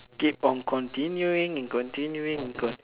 keep on continuing and continuing and conti~